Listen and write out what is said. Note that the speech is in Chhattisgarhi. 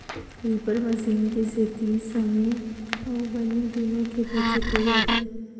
रीपर मसीन के सेती समे अउ बनी दुनो के बचत हो जाथे